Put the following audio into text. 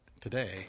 today